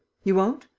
you won't.